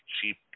cheap